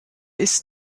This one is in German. ist